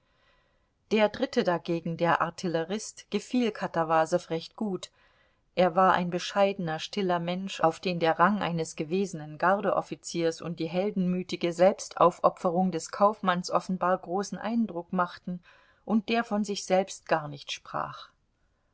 der dritte dagegen der artillerist gefiel katawasow recht gut er war ein bescheidener stiller mensch auf den der rang eines gewesenen gardeoffiziers und die heldenmütige selbstaufopferung des kaufmanns offenbar großen eindruck machten und der von sich selbst gar nicht sprach